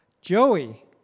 Joey